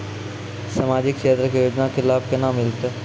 समाजिक क्षेत्र के योजना के लाभ केना मिलतै?